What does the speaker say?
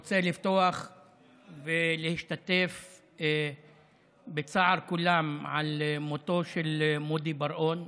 אני רוצה לפתוח ולהשתתף בצער כולם על מותו של מודי בראון,